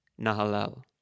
Nahalal